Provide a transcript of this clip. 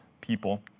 people